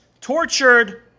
tortured